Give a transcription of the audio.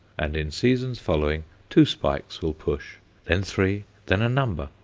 and in seasons following two spikes will push then three, then a number,